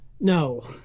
No